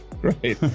Great